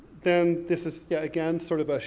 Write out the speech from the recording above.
then, this is, yeah again, sort of a,